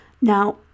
now